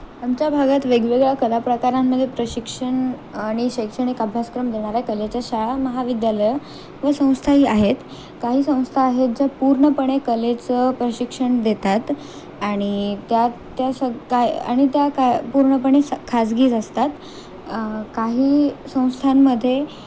आमच्या भागात वेगवेगळ्या कला प्रकारांमध्ये प्रशिक्षण आणि शैक्षणिक अभ्यासक्रम देणाऱ्या कलेच्या शाळा महाविद्यालयं व संस्थाही आहेत काही संस्था आहेत ज्या पूर्णपणे कलेचं प्रशिक्षण देतात आणि त्या त्या सग काय आणि त्या काय पूर्णपणे खाजगीच असतात काही संस्थांमध्ये